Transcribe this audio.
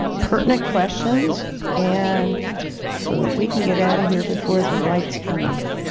pertinent questions and so that we can get out of here before the lights turn off.